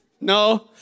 No